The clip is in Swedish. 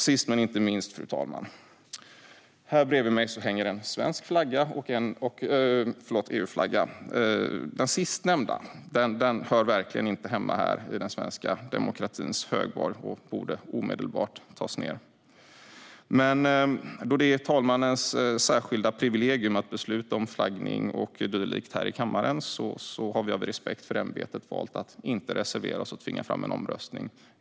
Sist men inte minst, fru talman: Här bredvid mig hänger en svensk flagga och en EU-flagga. Den sistnämnda hör verkligen inte hemma här i den svenska demokratins högborg och borde omedelbart tas ned. Men då det är talmannens särskilda privilegium att besluta om flaggning och dylikt i kammaren har vi av respekt för ämbetet valt att inte reservera oss och tvinga fram en omröstning.